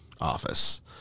office